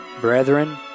brethren